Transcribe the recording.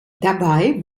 dabei